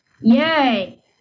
Yay